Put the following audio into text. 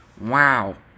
Wow